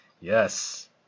Yes